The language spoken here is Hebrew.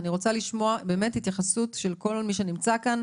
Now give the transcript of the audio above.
אני רוצה לשמוע התייחסות של כל מי שנמצא כאן